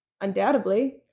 undoubtedly